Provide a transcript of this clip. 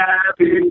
Happy